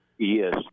Yes